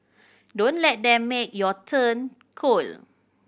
don't let them make you turn cold